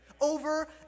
over